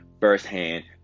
firsthand